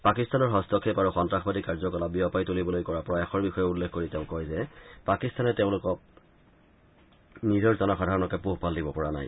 পাকিস্তানৰ হস্তক্ষেপ আৰু সন্তাসবাদী কাৰ্যকলাপ বিয়পাই তুলিবলৈ কৰা প্ৰয়াসৰ বিষয়ে উল্লেখ কৰি তেওঁ কয় যে পাকিস্তানে তেওঁলোকৰ নিজৰ জনসাধাৰণকে পোহপাল দিব পৰা নাই